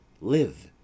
Live